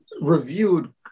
reviewed